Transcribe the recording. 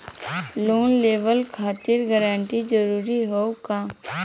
Loan लेवब खातिर guarantor जरूरी हाउ का?